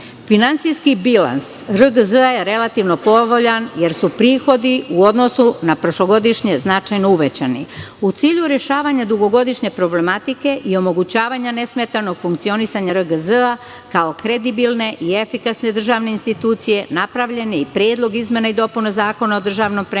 godine. Finansijski bilans RGZ je relativno povoljan, jer su prihodi u odnosu na prošlogodišnje značajno uvećani. U cilju rešavanja dugogodišnje problematike i omogućavanja nesmetanog funkcionisanja RGZ kao kredibilne i efikasne državne institucije, napravljen je i Predlog izmena i dopuna Zakona o državnom premeru